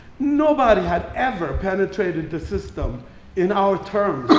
nobody had ever penetrated the system in our terms,